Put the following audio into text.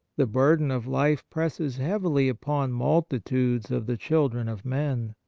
the burden of life presses heavily upon multitudes of the children of men.